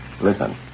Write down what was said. Listen